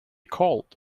called